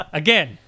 again